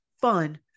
fun